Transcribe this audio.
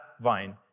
vine